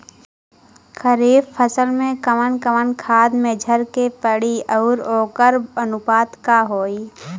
खरीफ फसल में कवन कवन खाद्य मेझर के पड़ी अउर वोकर अनुपात का होई?